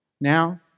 Now